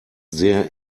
sehr